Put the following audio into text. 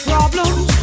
Problems